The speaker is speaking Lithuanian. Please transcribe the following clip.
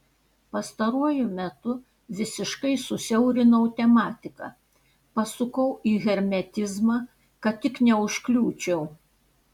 pastaruoju metu visiškai susiaurinau tematiką pasukau į hermetizmą kad tik neužkliūčiau